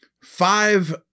five